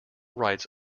writes